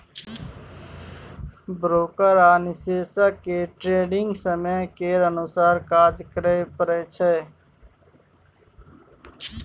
broker आ निवेशक केँ ट्रेडिग समय केर अनुसार काज करय परय छै